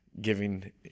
giving